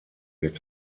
wird